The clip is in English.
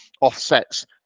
offsets